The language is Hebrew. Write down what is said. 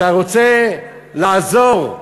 אתה רוצה לעזור,